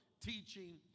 teaching